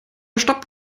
stopp